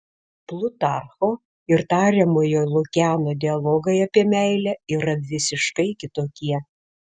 plutarcho ir tariamojo lukiano dialogai apie meilę yra visiškai kitokie